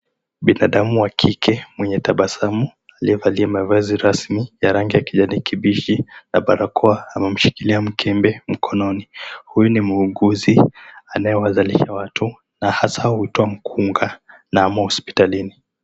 Binadamu wa kike mwenye tabasamu aliyevalia mavazi rasmi ya rangi ya kijani kibichi na barakoa ameshikilia mkebe mkononi. Huyu ni muuguzi anayezalisha watu na hasa huitwa mkunga na amo hospitalini.